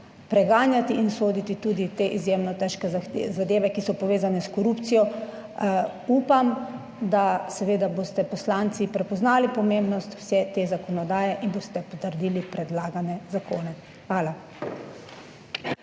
preganjati in soditi tudi te izjemno težke zadeve, ki so povezane s korupcijo. Upam, da seveda boste poslanci prepoznali pomembnost vse te zakonodaje in boste potrdili predlagane zakone. Hvala.